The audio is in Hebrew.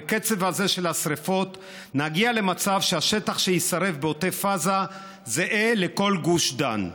בקצב הזה של השרפות נגיע למצב שהשטח שיישרף בעוטף עזה זהה לכל גוש דן.